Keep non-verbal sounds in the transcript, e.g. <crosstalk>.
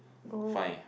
oh <breath>